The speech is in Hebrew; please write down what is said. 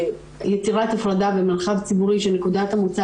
ויצירת הפרדה במרחב ציבורי שנקודת המוצא